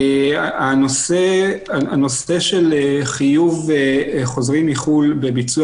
הנושא של חיוב חוזרים מחו"ל בביצוע